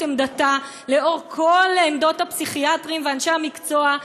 עמדתה לאור כל עמדות הפסיכיאטרים ואנשי המקצוע,